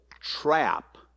trap